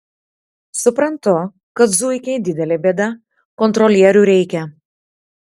suprantu kad zuikiai didelė bėda kontrolierių reikia